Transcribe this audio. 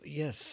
yes